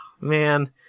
man